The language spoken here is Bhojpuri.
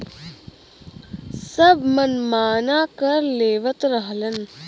सब मनमाना कर लेवत रहलन